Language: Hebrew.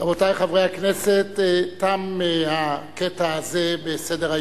רבותי חברי הכנסת, תם הקטע הזה בסדר-היום.